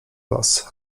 was